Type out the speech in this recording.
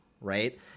right